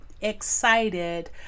excited